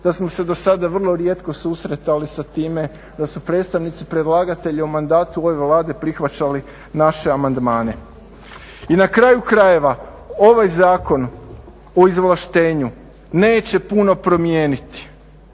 da smo se do sada vrlo rijetko susretali sa time da su predstavnici predlagatelja u mandatu ove Vlade prihvaćali naše amandmane. I na kraju krajeva ovaj zakon o izvlaštenju neće puno promijeniti.